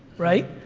right?